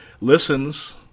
listens